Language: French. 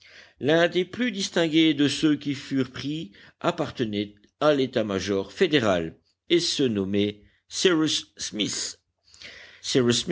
l'un des plus distingués de ceux qui furent pris appartenait à l'état-major fédéral et se nommait